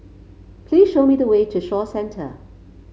please show me the way to Shaw Centre